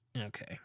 Okay